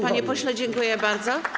Panie pośle, dziękuję bardzo.